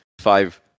five